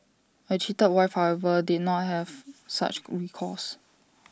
A cheated wife however did not have such recourse